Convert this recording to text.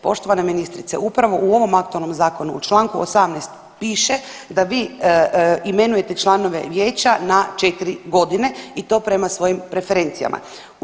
Poštovana ministrice upravo u ovom aktualnom zakonu u Članku 18. piše da vi imenujete članove vijeća na 4 godine i to prema svojim preferencijama.